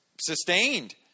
sustained